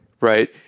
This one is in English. Right